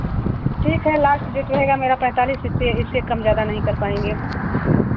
ठीक है लास्ट जितने का मेरा पैंतालीस इससे इससे कम ज़्यादा नहीं कर पाएँगे हम